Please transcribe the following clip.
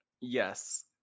Yes